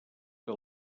que